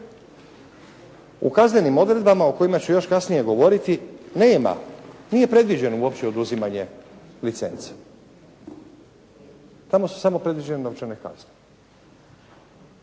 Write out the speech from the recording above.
U kaznenim odredbama o kojima ću još kasnije govoriti nema, nije predviđeno uopće oduzimanje licence. Tamo su samo predviđene novčane kazne.